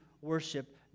worship